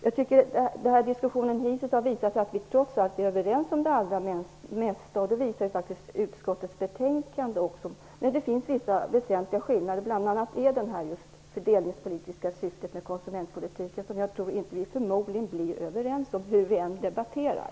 Jag tycker att diskussionen hittills har visat att vi trots allt är överens om det allra mesta. Det visar faktiskt utskottets betänkande också. Men det finns vissa väsentliga skillnader, bl.a. just det fördelningspolitiska syftet med konsumentpolitiken, som vi förmodligen inte blir överens om hur vi än debatterar.